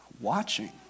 watching